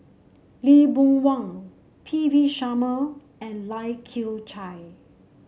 Lee Boon Wang P V Sharma and Lai Kew Chai